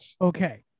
Okay